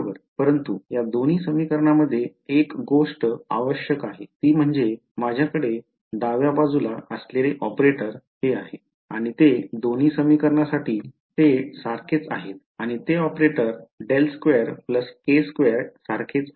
परंतु या दोन्ही समीकरणामध्ये एक गोष्ट आवश्यक आहे ती म्हणजे माझ्या कडे डाव्या बाजूला असलेले ऑपरेटर हे आहे आणि ते दोन्ही समीकरणासाठी ते सारखेच आहेत आणि ते ऑपरेटर ∇2 k2 सारखेच आहे